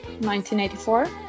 1984